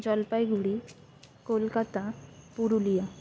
Jalpaiguri Kolkata Purulia